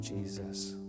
Jesus